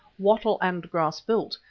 wattle and grass built,